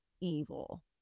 evil